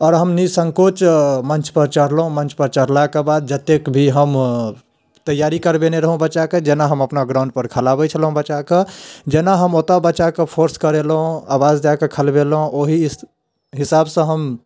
आओर हम निःसंकोच मञ्च पर चढ़लहुँ मञ्च पर चढ़लाक बाद जतेक भी हम तैआरी करबेने रहौ बच्चा कऽ जेना हम अपना ग्राउण्ड पर खेलाबैत छलहुँ बच्चा कऽ जेना हम ओतऽ बच्चा कऽ फोर्स करेलहुँ आवाज दैकऽ खेलबेलहुँ ओहि स्ति हिसाबसँ हम